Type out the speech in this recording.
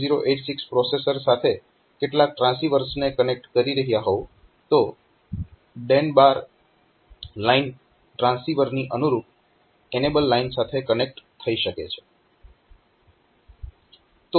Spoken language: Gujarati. તો જો તમે 8086 પ્રોસેસર સાથે કેટલાક ટ્રાન્સીવર્સને કનેક્ટ કરી રહ્યાં હોવ તો DEN લાઇન ટ્રાન્સીવરની અનુરૂપ એનેબલ લાઇન સાથે કનેક્ટ થઈ શકે છે